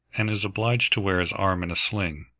and is obliged to wear his arm in a sling.